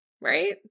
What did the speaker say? Right